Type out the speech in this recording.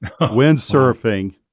windsurfing